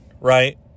right